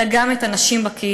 אלא גם את הנשים בקהילה.